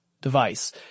device